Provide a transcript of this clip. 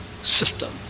system